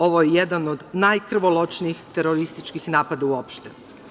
Ovo je jedan od najkrvoločnijih terorističkih napada uopšte.